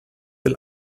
will